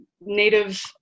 native